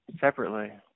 separately